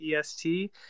EST